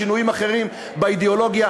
שינויים אחרים באידיאולוגיה,